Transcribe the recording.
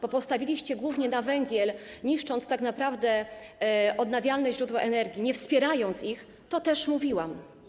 bo postawiliście głównie na węgiel, niszcząc tak naprawdę odnawialne źródła energii, nie wspierając ich, też mówiłam.